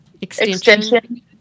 Extension